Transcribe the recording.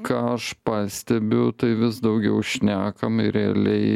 ką aš pastebiu tai vis daugiau šnekam ir realiai